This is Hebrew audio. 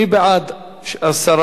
מי בעד הסרה?